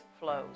flows